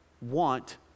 want